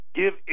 give